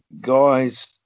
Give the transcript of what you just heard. guys